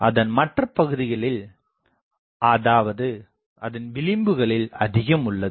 அதன் மற்ற பகுதிகளில் அதாவது அதன் விளிம்புகளில் அதிகம் உள்ளது